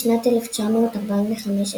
בשנת 1945,